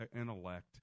intellect